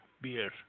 Beer